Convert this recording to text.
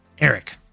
Eric